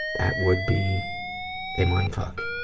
that would be a mind fuck.